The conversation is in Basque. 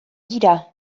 dira